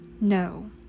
No